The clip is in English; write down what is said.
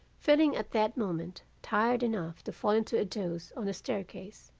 feeling at that moment tired enough to fall into a doze on the staircase.